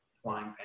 flying